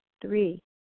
Three